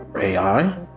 AI